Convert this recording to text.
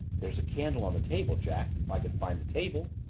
there's a candle on the table, jack, if i can find the table.